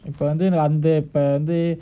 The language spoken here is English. இப்பவந்துஅந்தஇப்பவந்து:ipa vandhu antha ipa vandhu